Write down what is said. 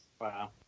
Wow